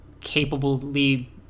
capably